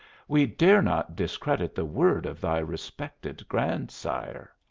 we dare not discredit the word of thy respected grandsire.